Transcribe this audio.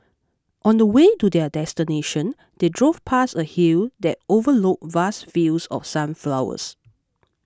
on the way to their destination they drove past a hill that overlooked vast fields of sunflowers